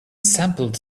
sampled